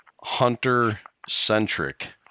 hunter-centric